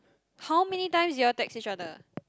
how many times did you all text each other